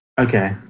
okay